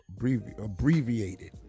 abbreviated